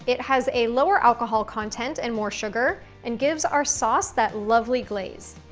it has a lower alcohol content and more sugar and gives our sauce that lovely glaze.